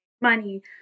money